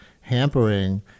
hampering